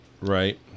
Right